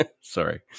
Sorry